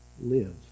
live